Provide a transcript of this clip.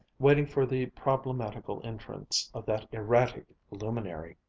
waiting for the problematical entrance of that erratic luminary.